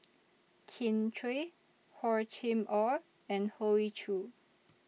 Kin Chui Hor Chim Or and Hoey Choo